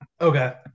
Okay